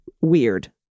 weird